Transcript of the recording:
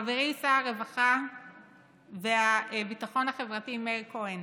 חברי שר הרווחה והביטחון החברתי מאיר כהן